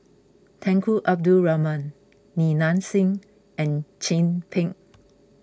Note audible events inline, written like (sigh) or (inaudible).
Tunku Abdul Rahman Li Nanxing and Chin Peng (noise)